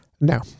No